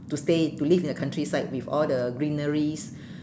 to stay to live in the countryside with all the greeneries